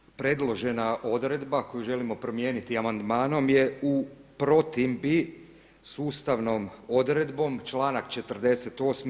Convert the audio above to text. Dakle, predložena odredba koju želimo promijeniti amandmanom je u protimbi sustavnom odredbom članak 48.